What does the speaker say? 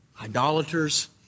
idolaters